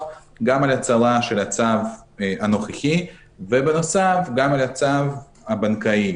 גם על הצהרה של הצו הנוכחי ובנוסף גם על הצו הבנקאי,